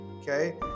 Okay